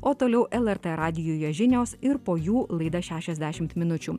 o toliau lrt radijuje žinios ir po jų laida šešiasdešimt minučių